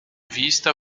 vista